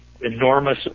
enormous